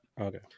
Okay